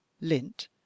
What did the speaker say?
lint